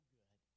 good